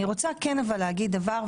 אבל אני כן רוצה להגיד משהו.